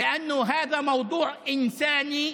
בו ומחויב במשמעת קואליציונית,